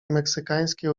meksykańskie